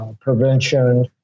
prevention